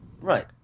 right